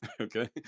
Okay